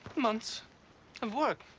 months of work,